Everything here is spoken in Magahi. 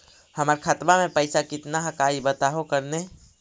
हमर खतवा में पैसा कितना हकाई बताहो करने?